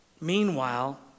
Meanwhile